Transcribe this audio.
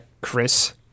Chris